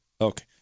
Okay